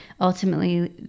ultimately